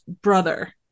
brother